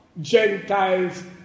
Gentiles